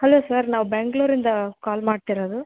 hello sir ನಾವು ಬೆಂಗ್ಳೂರಿಂದಾ call ಮಾಡ್ತಿರೋದು